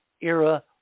era